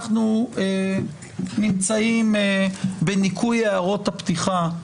אנחנו נמצאים בניכוי הערות הפתיחה,